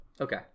Okay